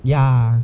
ya